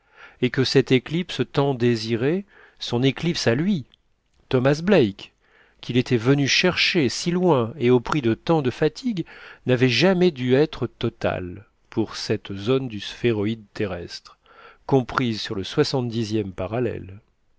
et que cette éclipse tant désirée son éclipse à lui thomas black qu'il était venu chercher si loin et au prix de tant de fatigues n'avait jamais dû être totale pour cette zone du sphéroïde terrestre comprise sur le soixante dixième parallèle